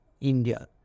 India